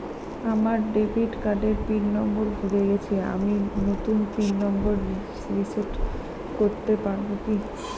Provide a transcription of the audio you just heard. আমার ডেবিট কার্ডের pin number ভুলে গেছি আমি নূতন পিন নম্বর রিসেট করতে পারবো কি?